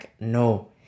no